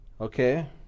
okay